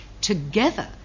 together